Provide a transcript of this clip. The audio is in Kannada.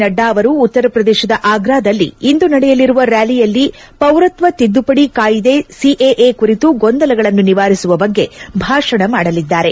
ನಡ್ಡಾ ಅವರು ಉತ್ತರಪ್ರದೇಶದ ಅಗ್ರಾದಲ್ಲಿಂದು ನಡೆಯಲಿರುವ ರ್್ಯಾಲಿಯಲ್ಲಿ ಪೌರತ್ವ ತಿದ್ದುಪದಿ ಕಾಯಿದೆ ಸಿಎಎ ಕುರಿತು ಗೊಂದಲಗಳನ್ನು ನಿವಾರಿಸುವ ಬಗ್ಗೆ ಭಾಷಣ ಮಾಡಲಿದ್ದಾರೆ